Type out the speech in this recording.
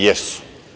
Jesu.